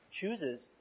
chooses